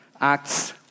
Acts